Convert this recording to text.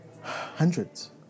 Hundreds